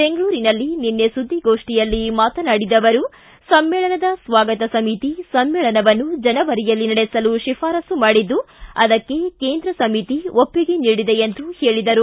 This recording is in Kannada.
ಬೆಂಗಳೂರಿನಲ್ಲಿ ನಿನ್ನೆ ಸುದ್ದಿಗೋಷ್ಠಿಯಲ್ಲಿ ಮಾತನಾಡಿದ ಅವರು ಸಮ್ಮೇಳನದ ಸ್ವಾಗತ ಸಮಿತಿ ಸಮ್ಮೇಳನವನ್ನು ಜನೆವರಿಯಲ್ಲಿ ನಡೆಸಲು ಶಿಫಾರಸು ಮಾಡಿದ್ದು ಅದಕ್ಕೆ ಕೇಂದ್ರ ಸಮಿತಿ ಒಪ್ಪಿಗೆ ನೀಡಿದೆ ಎಂದರು